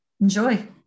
enjoy